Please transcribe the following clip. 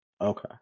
okay